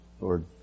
Lord